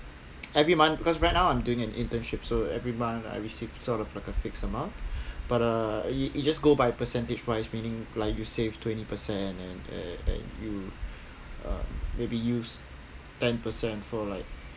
every month because right now I'm doing an internship so every month I received sort of like a fixed amount but uh it just go by percentage wise meaning like you save twenty percent and and and you um maybe used ten percent for like